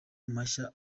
mashya